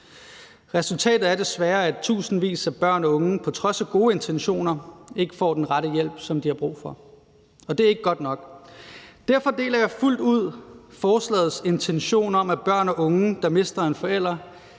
Resultatet er desværre, at tusindvis af børn og unge på trods af gode intentioner ikke får den hjælp, som de har brug for, og det er ikke godt nok. Derfor deler jeg fuldt ud forslagets intention om, at børn og unge, der mister en forælder,